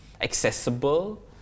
accessible